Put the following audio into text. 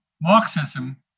Marxism